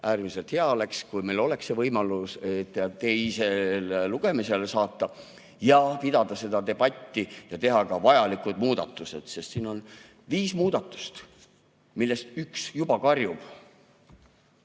äärmiselt hea oleks, kui meil oleks võimalus see teisele lugemisele saata ja pidada seda debatti ja teha vajalikud muudatused, sest siin on viis muudatust, millest üks juba karjub.